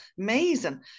amazing